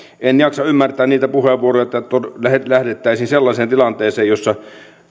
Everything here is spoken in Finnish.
en jaksa ymmärtää niitä puheenvuoroja että lähdettäisiin sellaiseen tilanteeseen jossa